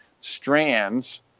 strands